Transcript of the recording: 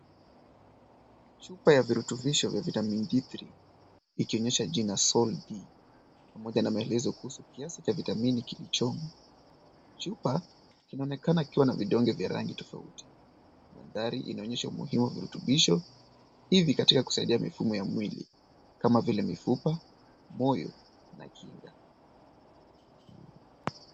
Chupa ya virutubisho vya vitamini D three ikionyesha jina Sol D pamoja na maelezo kuhusu kiasi cha vitamini kilichomo. Chupa inaonekana ikiwa na vidonge vya rangi tofauti. Bandari inaonyesha umuhimu wa virutubisho hivi katika kusaidia mifumo ya mwili, kama vile mifupa, moyo, na kinga.